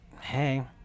hey